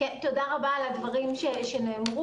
תודה רבה על הדברים שנאמרו,